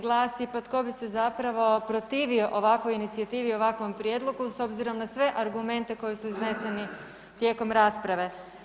Glasi, pa tko bi se zapravo protivio ovakvoj inicijativi i ovakvom prijedlogu s obzirom na sve argumente koji su izneseni tijekom rasprave?